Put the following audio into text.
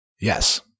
yes